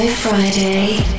Friday